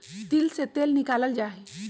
तिल से तेल निकाल्ल जाहई